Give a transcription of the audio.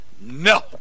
No